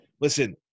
listen